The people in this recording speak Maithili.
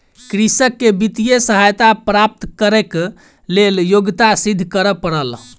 कृषक के वित्तीय सहायता प्राप्त करैक लेल योग्यता सिद्ध करअ पड़ल